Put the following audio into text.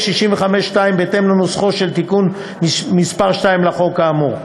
65(2) בהתאם לנוסחו של תיקון מס' 2 לחוק האמור,